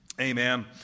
Amen